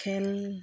খেল